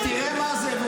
ותראה מה זה,